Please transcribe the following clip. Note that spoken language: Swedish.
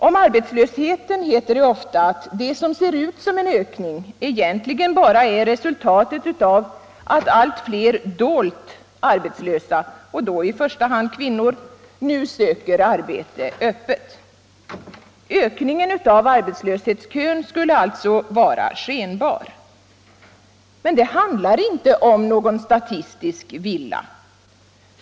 Om arbetslösheten heter det ofta att det som ser ut som en ökning egentligen bara är resultatet av att allt fler dolt arbetslösa — och då i första hand kvinnor — nu söker arbete öppet. Ökningen av arbetslöshetskön skulle alltså vara skenbar. Men det handlar inte om någon statistisk villa.